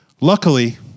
Luckily